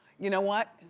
you know what,